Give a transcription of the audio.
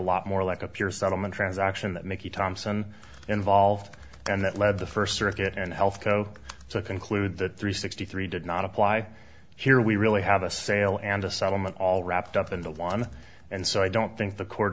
lot more like a pure settlement transaction that mickey thompson involved and that led the first circuit and health coke so i conclude that three sixty three did not apply here we really have a sale and a settlement all wrapped up into one and so i don't think the court